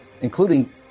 including